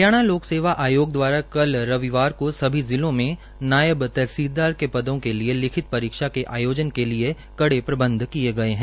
हरियाणा लोक सेवा आयोग द्वारा कल रविवार को सभी जिलों में नायब तहसीलदार के पदो के लिए लिखित परीक्षा के आयोजन के लिए कड़े प्रबंधन किए गए हैं